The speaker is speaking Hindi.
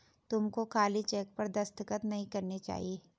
तुमको खाली चेक पर दस्तखत नहीं करने चाहिए